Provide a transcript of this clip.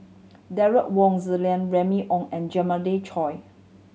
Derek Wong Zi Liang Remy Ong and Jeremiah Choy